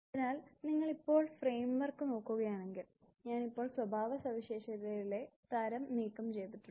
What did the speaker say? അതിനാൽ നിങ്ങൾ ഇപ്പോൾ ഫ്രെയിം വർക്ക് നോക്കുകയാണെങ്കിൽ ഞാൻ ഇപ്പോൾ സ്വഭാവ സവിശേഷതയിലെ തരം നീക്കംചെയ്തിട്ടുണ്ട്